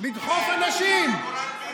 לדחוף אנשים,